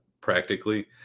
practically